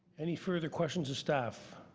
any further questions of staff?